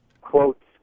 quotes